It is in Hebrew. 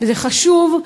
וזה חשוב.